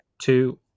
two